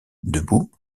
debout